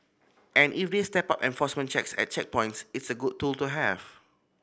and if they step up enforcement checks at checkpoints it's a good tool to have